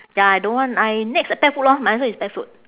ya I don't want I next pet food lor my answer is pet food